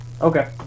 okay